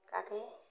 का कहे